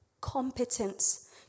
competence